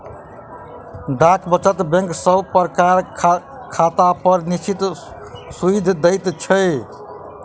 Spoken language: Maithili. डाक वचत बैंक सब प्रकारक खातापर निश्चित सूइद दैत छै